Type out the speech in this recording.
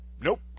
nope